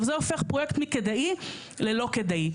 זה הופך פרויקט מכדאי ללא כדאי.